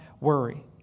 worry